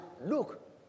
look